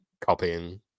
copying